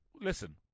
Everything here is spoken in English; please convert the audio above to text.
listen